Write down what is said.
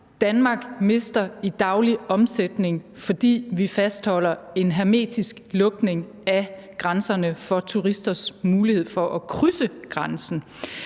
Danmark mister i daglige omsætning, fordi vi fastholder en hermetisk lukning af grænserne for turisters mulighed for at krydse grænsen.